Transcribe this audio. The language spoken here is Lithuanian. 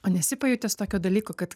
o nesi pajutęs tokio dalyko kad